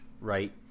right